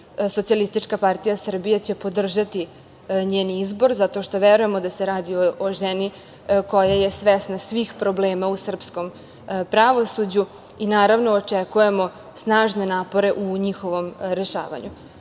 zameriti. Socijalistička partija Srbije će podržati njen izbor, zato što verujemo da se radi o ženi koja je svesna svih problema u srpskom pravosuđu i, naravno, očekujemo snažne napore u njihovom rešavanju. Ona